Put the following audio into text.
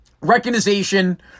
recognition